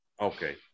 Okay